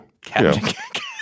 Captain